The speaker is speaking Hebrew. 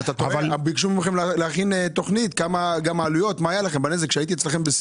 ביקשו מכם להכין תוכנית כמה עלויות ומה הנזק שהיה לכם.